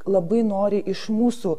labai nori iš mūsų